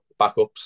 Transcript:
backups